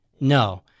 No